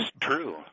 true